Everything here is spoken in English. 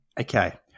Okay